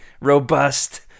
robust